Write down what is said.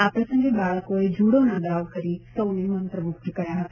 આ પ્રસંગે બાળકોએ જુડોના દાવ કરીને સૌને મંત્રમુગ્ધ કર્યા હતા